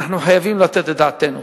אנחנו חייבים לתת את דעתנו.